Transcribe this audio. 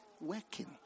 working